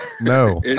No